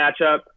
matchup